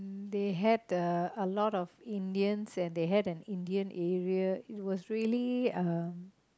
they had uh a lot of Indians and they had an Indian area it was really uh